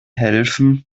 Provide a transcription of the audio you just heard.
helfen